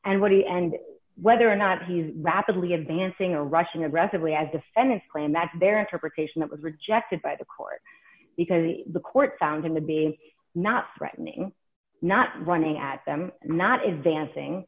and what he and whether or not he's rapidly advancing a rushing aggressively as defendants claim that their interpretation that was rejected by the court because the court found him to be not threatening not running at them not advancing